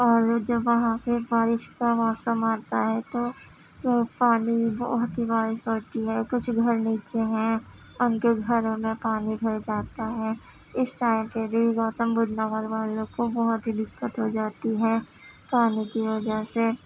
اور جب وہاں پہ بارش کا موسم آتا ہے تو تو پانی بہت ہی بارش پڑتی ہے کچھ گھر نیچے ہیں ان کے گھروں میں پانی بھر جاتا ہے اس ٹائم پہ بھی گوتم بدھ نگر والوں کو بہت ہی دقت ہو جاتی ہے پانی کی وجہ سے